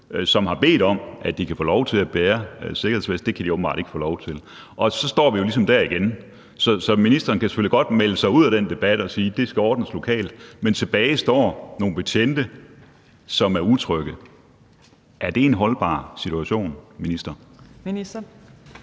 som har bedt om, at de kan få lov til at bære sikkerhedsveste. Det kan de åbenbart ikke få lov til, og så står vi jo ligesom dér igen. Så ministeren kan selvfølgelig godt melde sig ud af den debat og sige, at det skal ordnes lokalt, men tilbage står nogle betjente, som er utrygge. Er det en holdbar situation, minister?